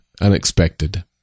unexpected